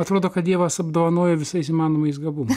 atrodo kad dievas apdovanojo visais įmanomais gabumais